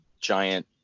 giant